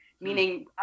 meaning